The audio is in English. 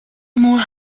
more